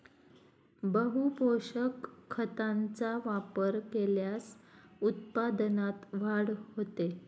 बहुपोषक खतांचा वापर केल्यास उत्पादनात वाढ होते